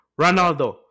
Ronaldo